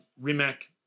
Rimac